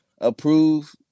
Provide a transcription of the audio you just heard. approve